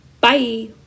Bye